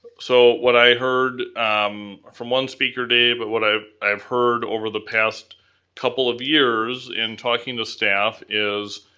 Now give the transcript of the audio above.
so what i heard um from one speaker dave, of but what i've i've heard over the past couple of years in talking to staff is,